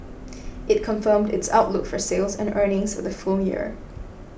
it confirmed its outlook for sales and earnings for the full year